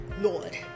Lord